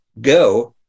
go